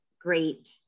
great